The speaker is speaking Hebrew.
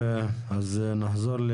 לקדם את